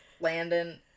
Landon